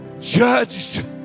judged